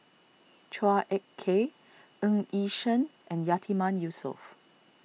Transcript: Chua Ek Kay Ng Yi Sheng and Yatiman Yusof